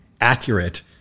accurate